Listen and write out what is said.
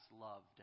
loved